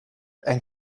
and